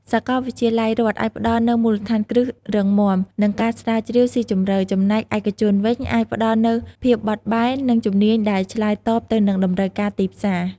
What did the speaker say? សាកលវិទ្យាល័យរដ្ឋអាចផ្ដល់នូវមូលដ្ឋានគ្រឹះរឹងមាំ និងការស្រាវជ្រាវស៊ីជម្រៅ ចំណែកឯកជនវិញអាចផ្ដល់នូវភាពបត់បែន និងជំនាញដែលឆ្លើយតបទៅនឹងតម្រូវការទីផ្សារ។